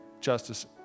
justice